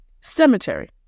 Cemetery